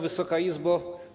Wysoka Izbo!